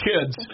kids